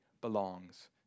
belongs